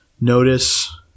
notice